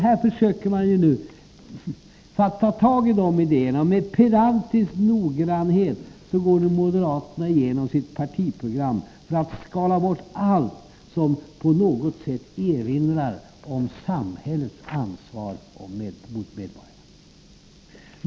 Man försöker nu fatta tag i högervågens idéer, och med pedantisk noggrannhet går moderaterna igenom sitt partiprogram för att skala bort allt som på något sätt erinrar om samhällets ansvar mot medborgarna.